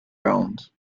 round